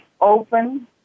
open